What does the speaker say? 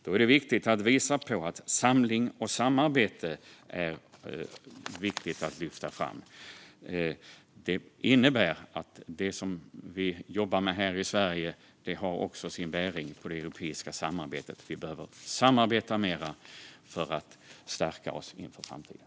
Då är det viktigt att visa att samling och samarbete lyfts fram. Det innebär att det som vi jobbar med här i Sverige också har bäring på det europeiska samarbetet. Vi behöver samarbeta mer för att stärka oss inför framtiden.